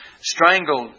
strangled